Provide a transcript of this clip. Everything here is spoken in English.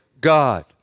God